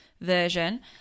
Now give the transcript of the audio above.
version